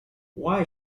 why